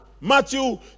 Matthew